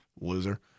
Loser